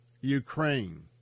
Ukraine